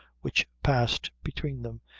which passed between them,